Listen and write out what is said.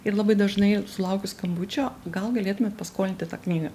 ir labai dažnai ir sulaukiu skambučio gal galėtumėt paskolinti tą knygą